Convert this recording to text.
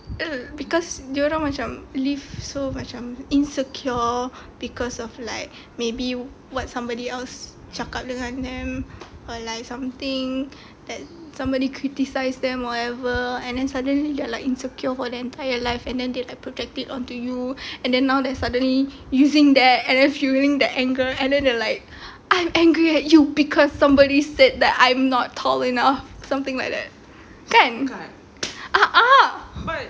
because dorang macam live so macam insecure because of like maybe what somebody else cakap dengan them or like something that somebody criticise them or whatever and then suddenly they are like insecure for their entire life and then they like project it on to you and then now suddenly using that and then fuelling that anger and then they are like I'm angry at you because somebody said that I'm not tall enough something like that kan a'ah